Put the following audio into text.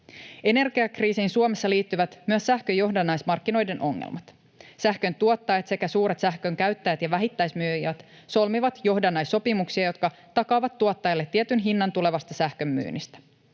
Energiakriisiin Suomessa liittyvät myös sähkön johdannaismarkkinoiden ongelmat. Sähköntuottajat sekä suuret sähkönkäyttäjät ja vähittäismyyjät solmivat johdannaissopimuksia, jotka takaavat tuottajalle tietyn hinnan tulevasta sähkönmyynnistä.